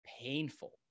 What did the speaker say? painful